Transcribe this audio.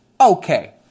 okay